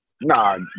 nah